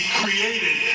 created